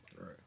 Right